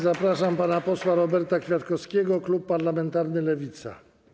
Zapraszam pana posła Roberta Kwiatkowskiego, klub parlamentarny Lewica.